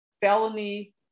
felony